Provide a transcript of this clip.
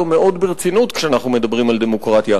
מאוד ברצינות כשאנחנו מדברים על דמוקרטיה.